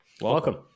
Welcome